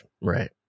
right